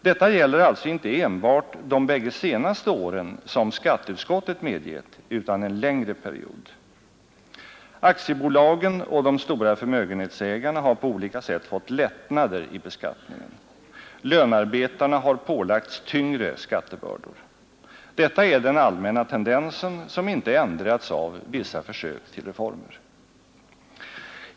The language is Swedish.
Detta gäller alltså inte enbart de bägge senaste åren, som skatteutskottet medgett, utan en längre period. Aktiebolagen och de stora förmögenhetsägarna har på olika sätt fått lättnader i beskattningen. Lönarbetarna har pålagts tyngre skattebördor. Detta är den allmänna tendensen som inte ändrats av vissa försök till reformer.